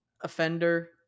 offender